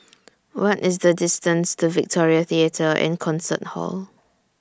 What IS The distance to Victoria Theatre and Concert Hall